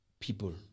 people